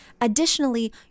additionally